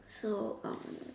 so um